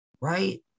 right